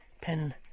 Pen